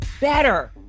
better